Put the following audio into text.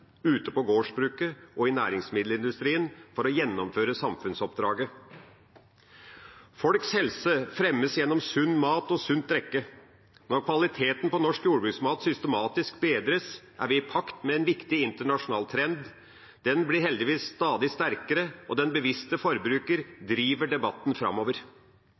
ute på gårdsbruket og i næringsmiddelindustrien for å kunne gjennomføre samfunnsoppdraget. Folks helse fremmes gjennom sunn mat og sunt drikke. Når kvaliteten på norsk jordbruksmat systematisk bedres, er vi i pakt med en viktig internasjonal trend. Den blir heldigvis stadig sterkere, og den bevisste forbruker driver debatten framover.